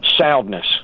soundness